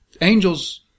Angels